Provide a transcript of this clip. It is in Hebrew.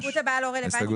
ההסתייגות הבאה לא רלוונטית.